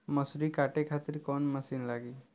मसूरी काटे खातिर कोवन मसिन लागी?